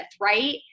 right